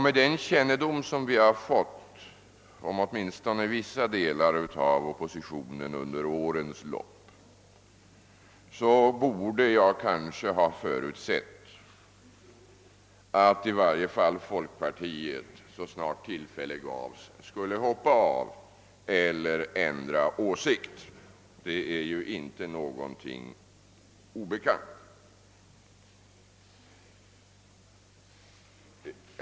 Med den kännedom som vi har fått om åtminstone vissa delar av oppositionen under årens lopp borde jag kanske ha förutsett, att i varje fall folkpartiet så snart tillfälle gavs skulle hoppa av eller ändra åsikt. Det är ju inte någonting ovanligt.